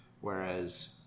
Whereas